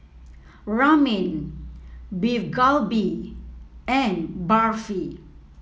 Ramen Beef Galbi and Barfi